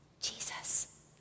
Jesus